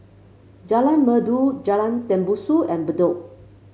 Jalan Merdu Jalan Tembusu and Bedok